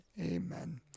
amen